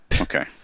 Okay